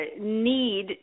need